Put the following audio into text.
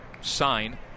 sign